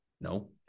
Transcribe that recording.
no